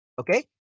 Okay